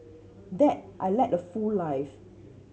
dad a led full life